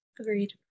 agreed